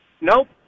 Nope